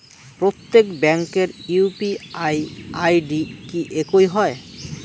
প্রত্যেক ব্যাংকের UPI ID কি একই হয়?